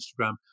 instagram